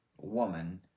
woman